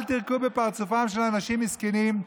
אל תירקו בפרצופם של אנשים מסכנים,